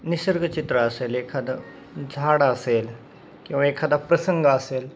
निसर्ग चित्र असेल एखादं झाडं असेल किंवा एखादा प्रसंग असेल